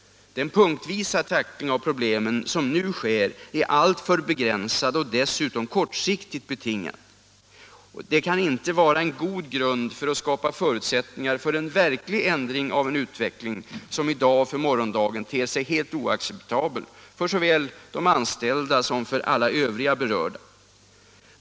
Den punktvisa tackling av problemen som nu sker är alltför begränsad och dessutom kortsiktigt betingad. Det kan inte vara en god grund för att skapa förutsättningar för en verklig ändring av en utveckling, som i dag och för morgondagen ter sig helt oacceptabel för såväl anställda som alla övriga berörda.